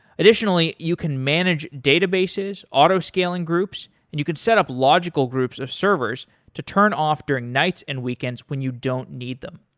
additionally, you can manage databases, auto scaling groups, and you can set up logical groups of servers to turn off during nights and weekends when you don't need them,